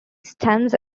stems